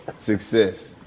Success